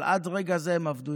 אבל עד רגע זה הם עבדו,